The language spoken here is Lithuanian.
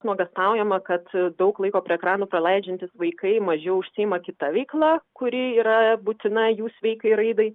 nuogąstaujama kad daug laiko prie ekranų praleidžiantys vaikai mažiau užsiima kita veikla kuri yra būtina jų sveikai raidai